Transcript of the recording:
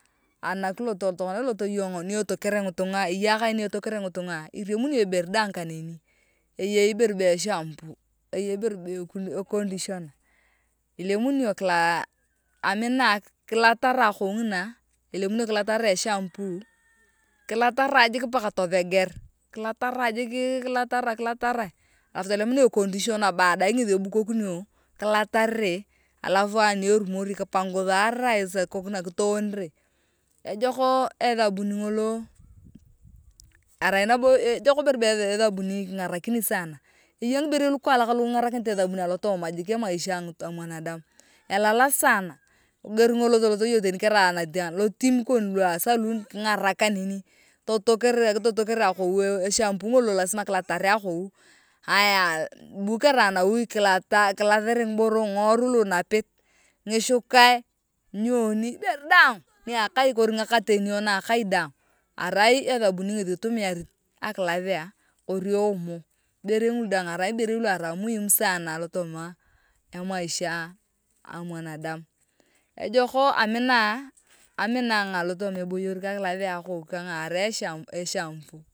Anakilot tokona kilot iyong ni etokere ngitunye iriamuni iyong ibere daang kaneni eyei ibere be eshampoo eyei ibere be e conditioner ilemuni iyong kilata kilatamu jik akon nginaelemunio kilatarae eshampoo kilatarae alagu tolemunae e conditioner baadaye ngethi ebukokinio kilatarare alaf kipanguthare kitowonere ejok ethabuni ngolo arai ejok ibere be ethabuni kingarakini sana eya ngiberei lukaalak lu kingarakinito jik ethabuni alotooma emaisha a binadamu elalak sana eger ngolo tolot iyong teni karai lotim kon lua a saloon kingarak kaneni kitotekeri akou eshampoo ngolo lazima kilatarae akou aya bu karai nawi elathere ngiworui lu inapit bu karai nawi elathere ngishukai nyomi ibere daang ni akai kori itumiari iyong akilathia kori eomo ngaberei ngula daang arai ngiberei lu arai muhimu sana alotooma emaisha a mwanadamu ejoko amina amina alotooma eboyor kang akilathia akon kanga rai eshampoo.